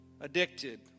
addicted